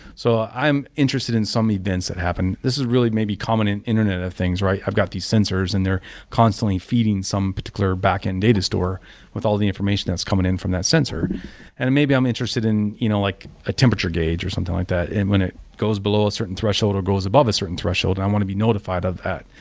so i'm interested in some events that happen. this is really maybe common in internet of things, right? i've got these sensors and they're constantly feeding some particular backend data store with all the information that's coming in from that sensor and maybe i'm interested in you know like a temperature gauge or something like. and when it goes below a certain threshold or goes above a certain threshold, i want to be notified of that,